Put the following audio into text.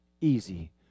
easy